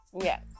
Yes